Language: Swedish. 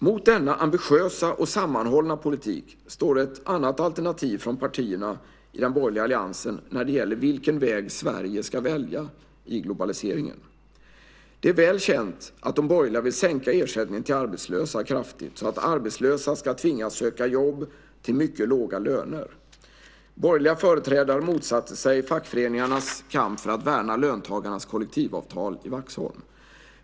Mot denna ambitiösa och sammanhållna politik står ett annat alternativ från partierna i den borgerliga alliansen när det gäller vilken väg Sverige ska välja i globaliseringen. Det är väl känt att de borgerliga vill sänka ersättningen till arbetslösa kraftigt så att arbetslösa ska tvingas söka jobb till mycket låga löner. Borgerliga företrädare motsatte sig fackföreningarnas kamp för att värna löntagarnas kollektivavtal i Vaxholm.